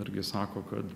irgi sako kad